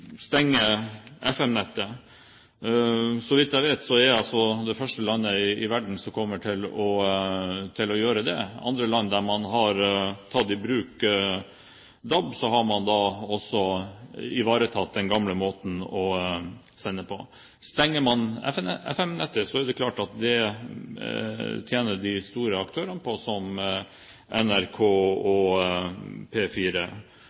stenge FM-nettet. Så vidt jeg vet, er vi det første landet i verden som kommer til å gjøre det. I andre land der man har tatt i bruk DAB, har man også ivaretatt den gamle måten å sende på. Stenger man FM-nettet, vil de store aktørene, som NRK, P4 og ikke minst også elektronikkbransjen, tjene på det. Det er klart at